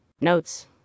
Notes